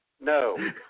no